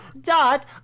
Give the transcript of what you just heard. dot